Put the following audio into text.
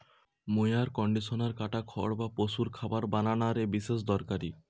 mower conditioner কাটা খড় বা পশুর খাবার বানানা রে বিশেষ দরকারি